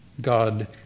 God